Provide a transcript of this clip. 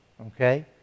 okay